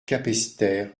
capesterre